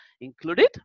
included